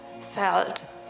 felt